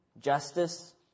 justice